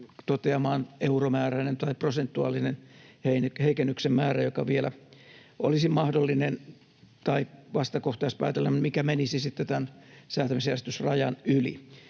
toteamaan euromääräinen tai prosentuaalinen heikennyksen määrä, joka vielä olisi mahdollinen tai — vastakohtaispäätellen — joka menisi sitten tämän säätämisjärjestysrajan yli.